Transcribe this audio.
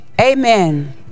Amen